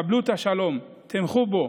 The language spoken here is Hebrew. קבלו את השלום, תמכו בו,